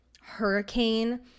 hurricane